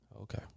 Okay